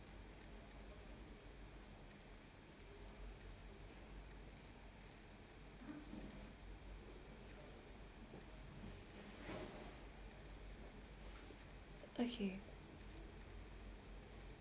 okay